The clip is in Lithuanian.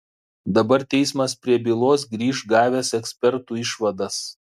dabar teismas prie bylos grįš gavęs ekspertų išvadas